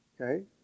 Okay